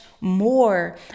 more